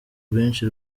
rwinshi